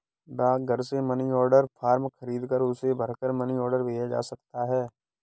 डाकघर से money order form खरीदकर उसे भरकर मनी ऑर्डर भेजा जा सकता है